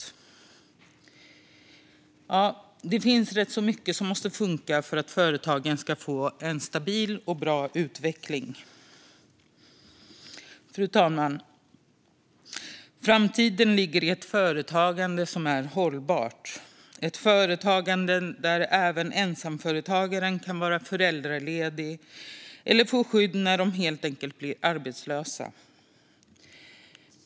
Ja, det finns rätt mycket som måste funka för att företagen ska få en stabil och bra utveckling. Fru talman! Framtiden ligger i ett företagande som är hållbart, där även ensamföretagare kan vara föräldralediga eller få skydd när de helt enkelt blir arbetslösa.